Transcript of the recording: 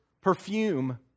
perfume